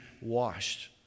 washed